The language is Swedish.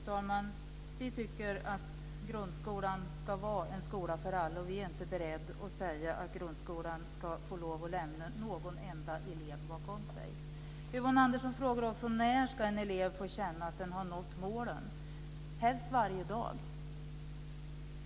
Fru talman! Vi tycker att grundskolan ska vara en skola för alla och är inte beredda att säga att grundskolan så att säga ska få lämna någon enda elev bakom sig. Yvonne Andersson frågar när en elev ska få känna att han eller hon har nått målen. Helst varje dag, menar jag.